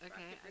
Okay